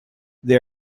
they